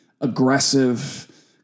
aggressive